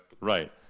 Right